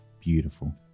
beautiful